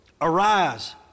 arise